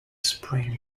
spring